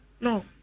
no